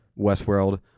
Westworld